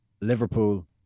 Liverpool